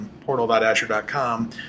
portal.azure.com